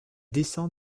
descend